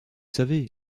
savez